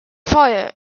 fire